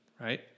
Right